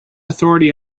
authority